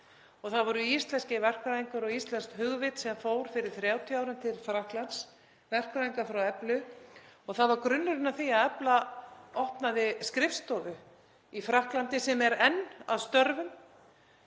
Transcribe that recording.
það voru íslenskir verkfræðingar og íslenskt hugvit sem fór fyrir 30 árum til Frakklands, verkfræðingar frá Eflu. Það var grunnurinn að því að Efla opnaði skrifstofu í Frakklandi sem er enn að störfum.